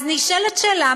אז נשאלת השאלה,